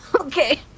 Okay